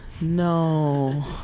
No